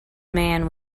man